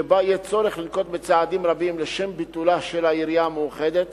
שבה יהיה צורך לנקוט צעדים רבים לשם ביטולה של העירייה המאוחדת